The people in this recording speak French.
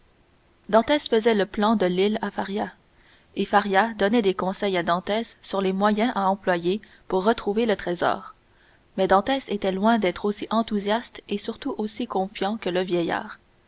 dantès faisait le plan de l'île à faria et faria donnait des conseils à dantès sur les moyens à employer pour retrouver le trésor mais dantès était loin d'être aussi enthousiaste et surtout aussi confiant que le vieillard